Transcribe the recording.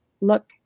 look